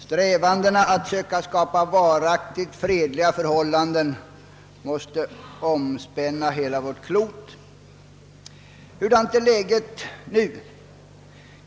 Strävandena att söka skapa varaktigt fredliga förhållanden måste omspänna hela vårt klot. Hurdant är läget nu?